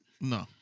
no